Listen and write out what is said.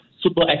Super